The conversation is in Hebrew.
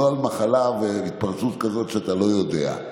לא על מחלה והתפרצות כזאת שאתה לא יודע.